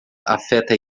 afeta